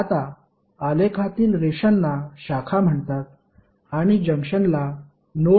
आता आलेखातील रेषांना शाखा म्हणतात आणि जंक्शनला नोड म्हटले जाते